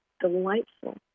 delightful